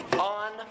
on